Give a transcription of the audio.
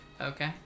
Okay